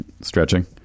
Stretching